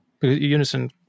Unison